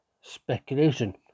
speculation